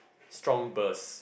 strong burst